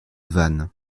vannes